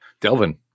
Delvin